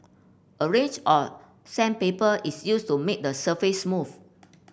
a range of sandpaper is used to make the surface smooth